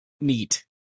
neat